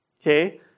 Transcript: Okay